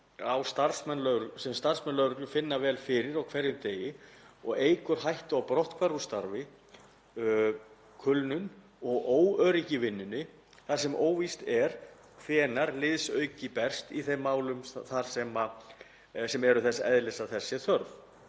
sem starfsmenn lögreglu finna vel fyrir á hverjum degi hættu á brotthvarfi úr starfi, kulnun og óöryggi í vinnunni þar sem óvíst er hvenær liðsauki berst í þeim málum sem eru þess eðlis að þess er þörf.